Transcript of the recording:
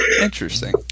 interesting